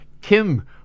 Kim